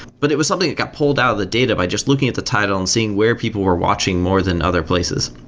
but it was something that got pulled out of the data by just looking at the title and seeing where people were watching more than other places.